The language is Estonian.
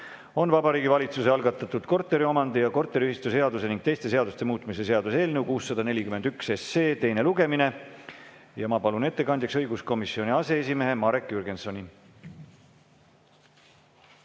on Vabariigi Valitsuse algatatud korteriomandi‑ ja korteriühistuseaduse ning teiste seaduste muutmise seaduse eelnõu 641 teine lugemine. Ma palun ettekandjaks õiguskomisjoni aseesimehe Marek Jürgensoni.